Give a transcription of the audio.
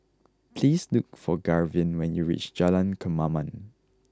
please look for Garvin when you reach Jalan Kemaman